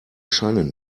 scheine